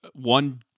one